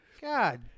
God